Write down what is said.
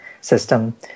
system